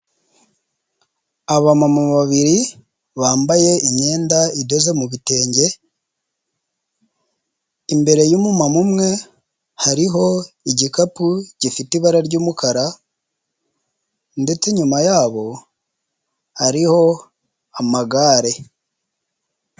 Abamama babiri bambaye imyenda idoze mu bitenge, imbere y'umumama umwe hariho igikapu gifite ibara ry'umukara ndetse inyuma yabo hariho amagare.